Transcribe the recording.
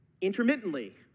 intermittently